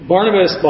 Barnabas